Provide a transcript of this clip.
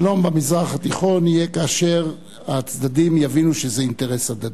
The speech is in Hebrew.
שלום במזרח התיכון יהיה כאשר הצדדים יבינו שזה אינטרס הדדי.